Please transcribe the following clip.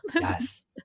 yes